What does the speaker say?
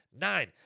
nine